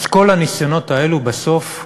אז כל הניסיונות האלו בסוף נכשלו.